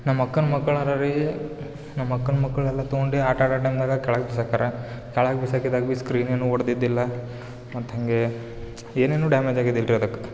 ನಮ್ಮ ಅಕ್ಕನ ಮಕ್ಳು ಅರ ರೀ ನಮ್ಮ ಅಕ್ಕನ ಮಕ್ಕಳೆಲ್ಲಾ ತಗೊಂಡು ಆಟ ಆಡೋ ಟೈಮ್ನಾಗ ಕೆಳಗೆ ಬಿಸಾಕ್ತಾರೆ ಕೆಳಗೆ ಬಿಸಾಕಿದಾಗ ಬಿ ಸ್ಕ್ರೀನೇನು ಒಡ್ದಿದಿಲ್ಲಾ ಮತ್ತು ಹಂಗೆ ಏನೇನು ಡ್ಯಾಮೇಜ್ ಆಗಿದಿಲ್ರಿ ಅದಕ್ಕೆ